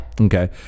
Okay